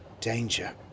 danger